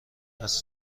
است